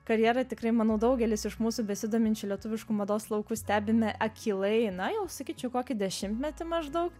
karjerą tikrai manau daugelis iš mūsų besidominčių lietuvišku mados lauku stebime akylai na jau sakyčiau kokį dešimtmetį maždaug